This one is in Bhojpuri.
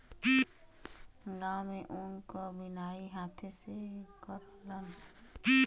गांव में ऊन क बिनाई हाथे से करलन